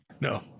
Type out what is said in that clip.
No